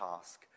task